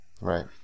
Right